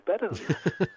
better